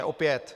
Opět.